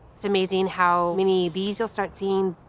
it's amazing how many bees you'll start seeing.